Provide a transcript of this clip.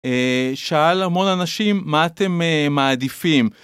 שאל המון אנשים, מה אתם מעדיפים?